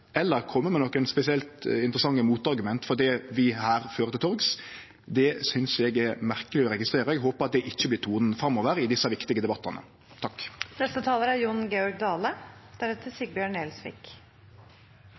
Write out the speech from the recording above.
eller å kome med nokon spesielt interessante motargument for det vi her fører til torgs, synest eg er merkeleg å registrere. Eg håpar at det ikkje vert tonen framover i desse viktige debattane.